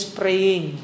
praying